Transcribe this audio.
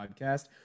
podcast